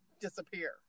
disappear